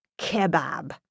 kebab